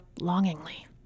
longingly